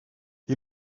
ihr